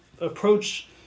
approach